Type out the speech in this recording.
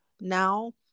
now